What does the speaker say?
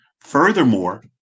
Furthermore